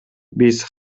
биз